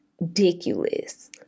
ridiculous